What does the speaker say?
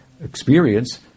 experience